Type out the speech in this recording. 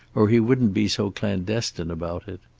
or he wouldn't be so clandestine about it.